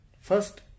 first